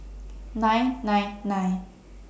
nine nine nine